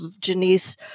Janice